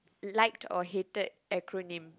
liked or hated acronym